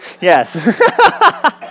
Yes